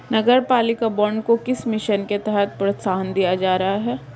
नगरपालिका बॉन्ड को किस मिशन के तहत प्रोत्साहन दिया जा रहा है?